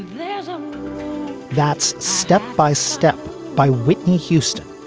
that's um that's step by step by whitney houston.